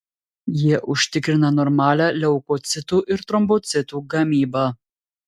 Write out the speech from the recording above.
jie užtikrina normalią leukocitų ir trombocitų gamybą